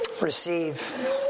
receive